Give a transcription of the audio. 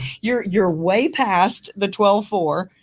you're you're way past the twelfth floor.